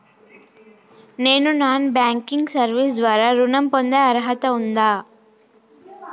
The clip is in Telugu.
నేను నాన్ బ్యాంకింగ్ సర్వీస్ ద్వారా ఋణం పొందే అర్హత ఉందా?